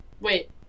Wait